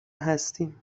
هستیم